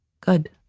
good